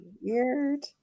weird